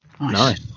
Nice